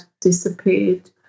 disappeared